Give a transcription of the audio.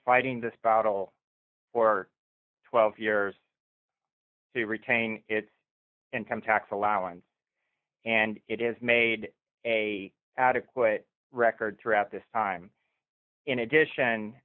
fighting this battle for twelve years to retain its income tax allowance and it is made a adequate record throughout this time in addition